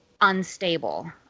unstable